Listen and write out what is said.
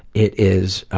it is,